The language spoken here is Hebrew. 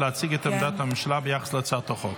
להציג את עמדת הממשלה ביחס להצעת החוק.